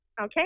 Okay